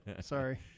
Sorry